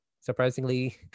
surprisingly